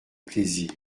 plaisir